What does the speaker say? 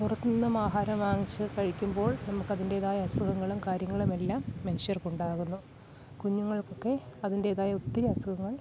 പുറത്തു നിന്നും ആഹാരം വാങ്ങിച്ച് കഴിക്കുമ്പോൾ നമുക്ക് അതിൻ്റെതായ അസുഖങ്ങളും കാര്യങ്ങളുമെല്ലാം മനുഷ്യർക്ക് ഉണ്ടാകുന്നു കുഞ്ഞുങ്ങൾക്കൊക്കെ അതിൻ്റെതായ ഒത്തിരി അസുഖങ്ങൾ